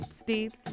Steve